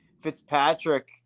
Fitzpatrick